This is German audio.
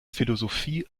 philosophie